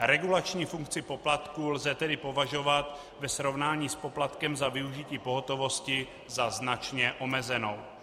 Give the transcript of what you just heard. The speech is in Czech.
Regulační funkci poplatků lze tedy považovat ve srovnání s poplatkem za využití pohotovosti za značně omezenou.